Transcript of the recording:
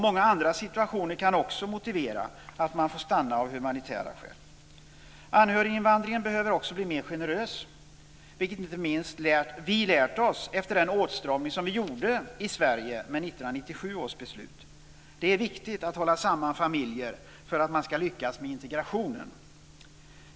Många andra situationer kan också motivera att man får stanna av humanitära skäl. Anhöriginvandringen behöver också bli mer generös, vilket vi inte minst har lärt oss efter den åtstramning som vi gjorde i Sverige i och med 1997 års beslut. Det är viktigt att hålla samman familjer för att man ska lyckas med integrationen.